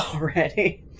already